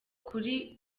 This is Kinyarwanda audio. kuri